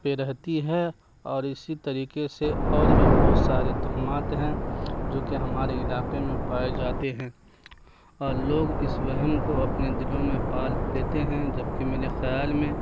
پہ رہتی ہے اور اسی طریقے سے اور بھی بہت سارے توہمات ہیں جو کہ ہمارے علاقے میں پائے جاتے ہیں اور لوگ اس وہم کو اپنے دلوں میں پال لیتے ہیں جبکہ میرے خیال میں